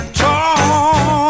talk